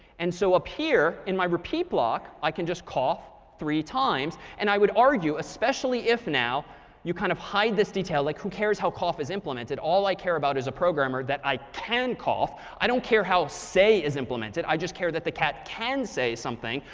and so up here in my repeat block, i can just cough three times. and i would argue, especially if now you kind of hide this detail. like who cares how cough is implemented? all i care about as a programmer that i can cough. i don't care how say is implemented. i just care that the cat can say something.